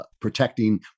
protecting